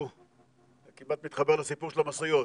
זה כמעט מתחבר לסיפור של המשאיות,